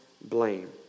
blame